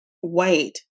white